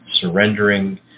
surrendering